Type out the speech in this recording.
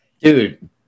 Dude